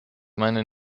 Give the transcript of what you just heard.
meine